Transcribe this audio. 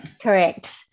Correct